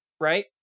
right